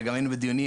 וגם היינו בדיונים,